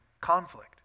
conflict